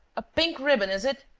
a pink ribbon, is it?